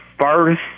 first